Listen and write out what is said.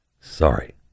sorry